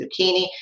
zucchini